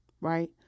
right